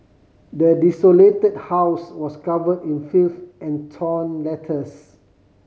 the desolated house was cover in filth and torn letters